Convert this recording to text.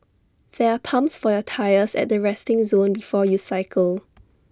there are pumps for your tyres at the resting zone before you cycle